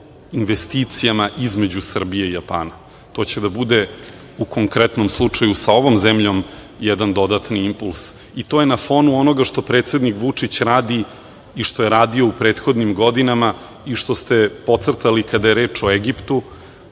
o investicijama između Srbije i Japana. To će da bude u konkretnom slučaju sa ovom zemljom, jedan dodatni impuls. To je na fonu onoga što predsednik Vučić radi i što je radio u prethodnim godinama i što ste potcrtali kada je reč o Egiptu,